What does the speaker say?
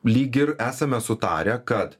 lyg ir esame sutarę kad